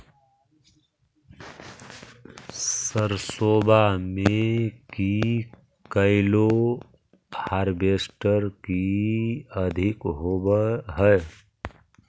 सरसोबा मे की कैलो हारबेसटर की अधिक होब है?